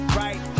right